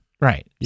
right